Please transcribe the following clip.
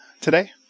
today